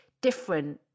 different